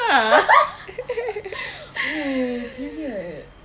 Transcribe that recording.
oo period